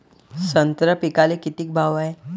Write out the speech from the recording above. संत्रा पिकाले किती भाव हाये?